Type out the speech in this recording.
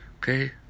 Okay